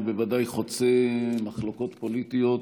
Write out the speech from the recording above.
שהוא בוודאי חוצה מחלוקות פוליטיות,